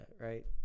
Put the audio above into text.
right